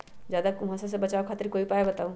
ज्यादा कुहासा से बचाव खातिर कोई उपाय बताऊ?